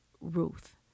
Ruth